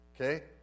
Okay